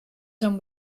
some